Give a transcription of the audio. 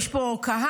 יש פה קהל,